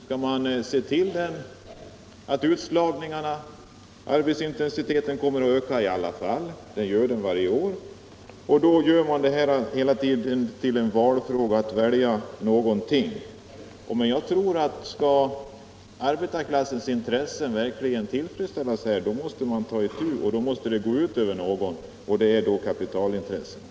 Skall man se till att utslagningarna och arbetsintensiteten kommer att öka även vid en arbetstidsförkortning, såsom nu sker varje år? Man säger att det här gäller att välja, men om arbetarklassens intressen verkligen skall tillfredsställas måste det gå ut över något, och det är kapitalintressena.